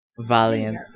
valiant